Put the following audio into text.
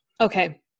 Okay